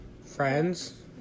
Friends